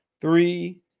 three